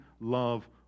love